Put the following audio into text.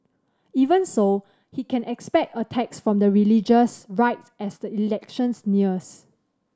even so he can expect attacks from the religious right as the elections nears